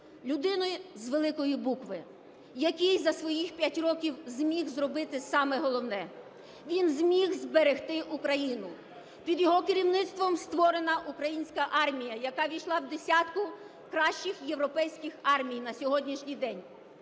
людини з великої букви, який за своїх 5 років зміг зробити саме головне: він зміг зберегти Україну. Під його керівництвом створена українська армія, яка увійшла в десятку кращих європейських армій на сьогоднішній день.